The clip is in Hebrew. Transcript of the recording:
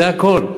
זה הכול.